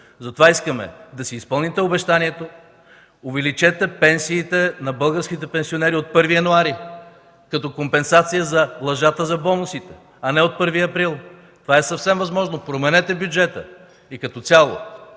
Затова искаме да си изпълните обещанието – увеличете пенсиите на българските пенсионери от 1 януари като компенсация за лъжата за бонусите, а не от 1 април! Това е съвсем възможно – променете бюджета. И като цяло,